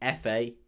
fa